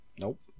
Nope